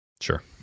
Sure